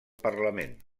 parlament